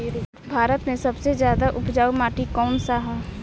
भारत मे सबसे ज्यादा उपजाऊ माटी कउन सा ह?